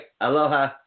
Aloha